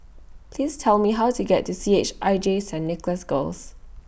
Please Tell Me How to get to C H I J Saint Nicholas Girls